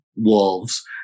wolves